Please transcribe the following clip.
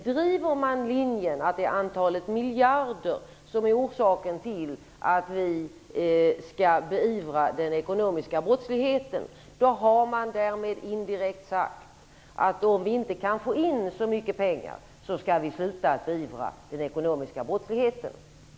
Driver man linjen att det är antalet miljarder som är orsaken till att vi skall beivra den ekonomiska brottsligheten har man därmed indirekt sagt att om vi inte kan få in så mycket pengar skall vi sluta att beivra den ekonomiska brottsligheten.